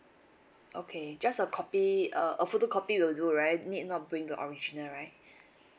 okay just a copy a a photocopy will do right need not bring the original right